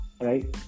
right